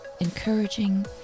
encouraging